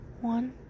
one